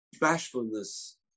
Bashfulness